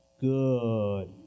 good